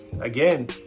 again